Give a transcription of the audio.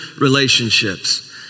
relationships